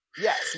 Yes